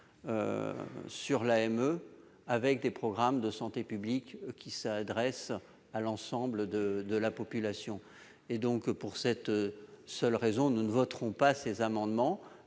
de l'AME, à des programmes de santé publique qui s'adressent à l'ensemble de la population. Pour cette seule raison, nous ne voterons pas ces amendements,